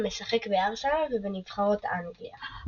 המשחק בארסנל ובנבחרת אנגליה.